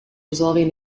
dissolving